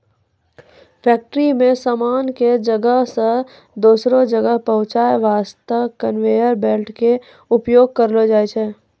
factory मॅ सामान कॅ एक जगह सॅ दोसरो जगह पहुंचाय वास्तॅ कनवेयर बेल्ट के उपयोग करलो जाय छै